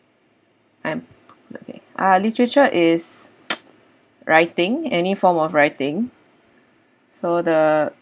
I'm okay ah literature is writing any form of writing so the